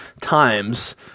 times